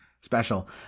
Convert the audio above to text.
special